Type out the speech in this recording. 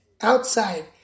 outside